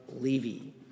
Levy